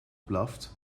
blaft